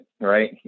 right